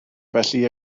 felly